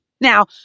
Now